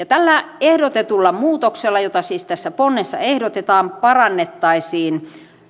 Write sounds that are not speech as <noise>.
<unintelligible> tällä ehdotetulla muutoksella jota siis tässä ponnessa ehdotetaan parannettaisiin